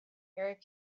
very